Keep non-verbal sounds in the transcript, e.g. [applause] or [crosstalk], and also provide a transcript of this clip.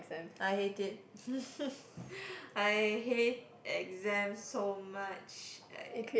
I hate it [noise] I hate exam so much like